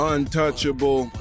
Untouchable